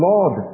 Lord